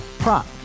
Prop